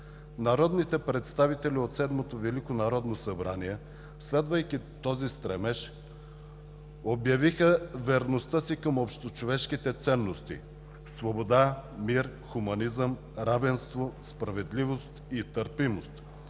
Народните представители от Седмото велико народно събрание, следвайки този стремеж, обявиха верността си към общочовешките ценности – свобода, мир, хуманизъм, равенство, справедливост и търпимост.